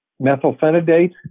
methylphenidate